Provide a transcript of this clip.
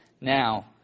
Now